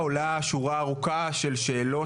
עולה שורה ארוכה של שאלות,